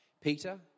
Peter